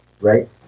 right